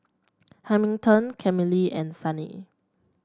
Hamilton Camille and Sunny